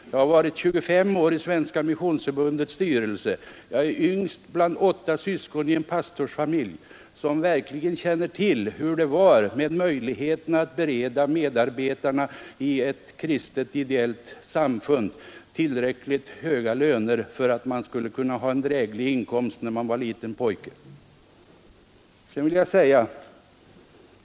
Och jag har ändå suttit 25 år i Svenska missionsförbundets styrelse, och jag är yngst bland åtta syskon i en pastorsfamilj, där jag som liten pojke sannerligen fick känna av vad det fanns för möjligheter att bereda medarbetarna i ett kristet ideellt samfund löner som var tillräckliga för att inkomsterna skulle kunna sägas vara drägliga.